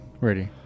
Ready